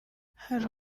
hari